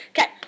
Okay